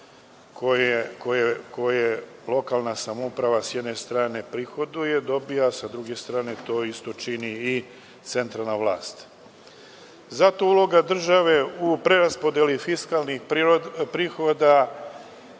koje lokalna samouprava s jedne strane prihoduje, dobija, sa druge strane to isto čini i centralna vlast. Zato uloga države u preraspodeli fiskalnih prihoda,